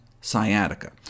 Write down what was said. sciatica